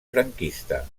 franquista